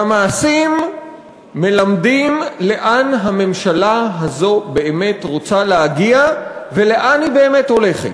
והמעשים מלמדים לאן הממשלה הזאת רוצה באמת להגיע ולאן היא באמת הולכת.